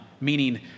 Meaning